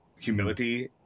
humility